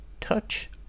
Touch